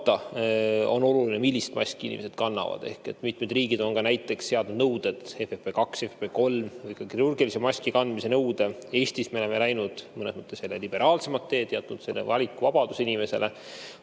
on oluline, millist maski inimesed kannavad. Mitmed riigid on näiteks seadnud nõude, FFP2 või FFP3 või ka kirurgilise maski kandmise nõude. Eestis me oleme läinud mõnes mõttes liberaalsemat teed, jäetud inimesele valikuvabaduse, nii et